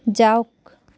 যাওক